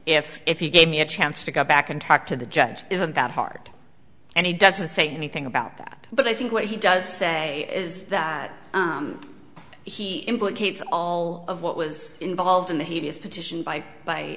if if you gave me a chance to go back and talk to the judge isn't that hard and he doesn't say anything about that but i think what he does say is that he implicates all of what was involved in that he is petition by by